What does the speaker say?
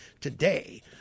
Today